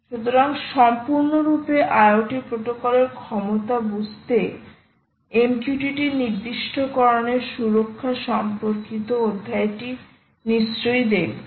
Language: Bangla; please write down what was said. সুতরাং সম্পূর্ণরূপে IoT প্রোটোকলের ক্ষমতা বুঝতে MQTT নির্দিষ্টকরণের সুরক্ষা সম্পর্কিত অধ্যায়টি নিশ্চয়ই দেখবে